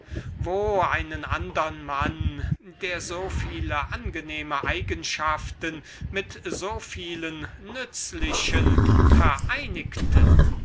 wo konnte er einen andern mann finden der so viele angenehme eigenschaften mit so vielen nützlichen vereinigte